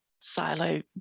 silo